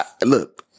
Look